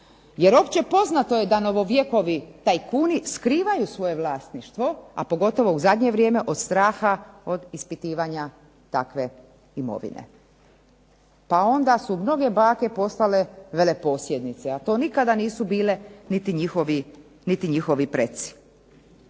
Jer opće poznato je da novovjekovni tajkuni skrivaju svoje vlasništvo, a pogotovo u zadnje vrijeme zbog straha ispitivanja takve imovine. Pa onda su mnoge bake postale veleposjednice, a to nikada nisu bile niti njihovi preci.